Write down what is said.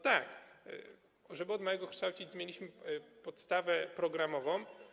Tak, żeby od małego kształcić, zmieniliśmy podstawę programową.